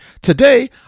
Today